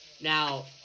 Now